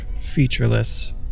featureless